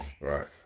Right